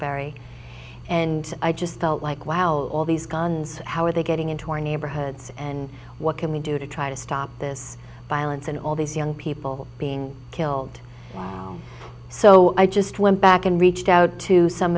ury and i just felt like wow all these guns how are they getting into our neighborhoods and what can we do to try to stop this violence and all these young people being killed so i just went back and reached out to some